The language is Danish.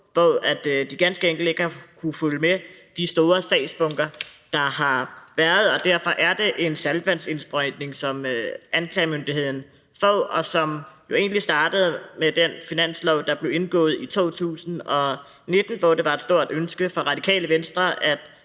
hvor de ganske enkelt ikke har kunnet følge med de store sagsbunker, der har været. Derfor er det en saltvandsindsprøjtning, som anklagemyndigheden får, og som jo egentlig startede med den finanslov, der blev indgået i 2019, hvor det var et stort ønske fra Radikale Venstre